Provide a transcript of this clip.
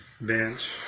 bench